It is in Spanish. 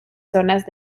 zonas